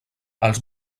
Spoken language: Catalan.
els